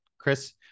Chris